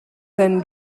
then